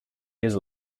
years